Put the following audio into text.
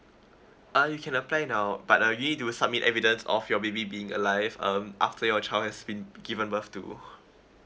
uh you can apply now but uh you need to submit evidence of your baby being alive um after your child has been given birth to